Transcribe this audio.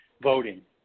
voting